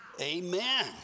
amen